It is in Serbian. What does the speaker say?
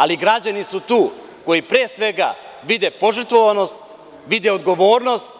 Ali građani su tu koji, pre svega, vide požrtvovanost, vide odgovornost